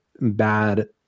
bad